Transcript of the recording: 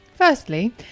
Firstly